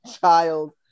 child